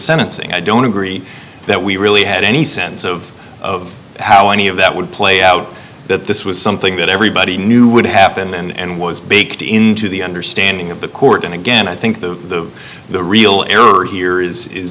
sentencing i don't agree that we really had any sense of of how any of that would play out that this was something that everybody knew would happen and was baked into the eye or standing of the court and again i think the real error here is i